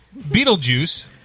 Beetlejuice